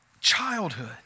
childhood